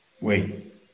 Wait